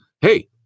hey